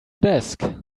desk